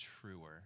truer